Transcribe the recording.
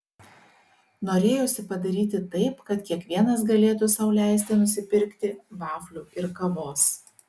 norėjosi padaryti taip kad kiekvienas galėtų sau leisti nusipirkti vaflių ir kavos